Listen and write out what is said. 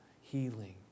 healing